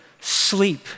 sleep